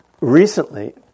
recently